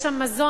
יש שם מזון,